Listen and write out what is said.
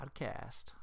podcast